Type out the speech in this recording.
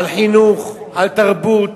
על חינוך, על תרבות,